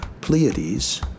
Pleiades